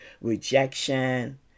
rejection